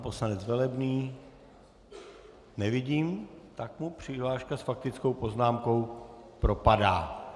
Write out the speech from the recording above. Pan poslanec Velebný, nevidím ho, tak mu přihláška s faktickou poznámkou propadá.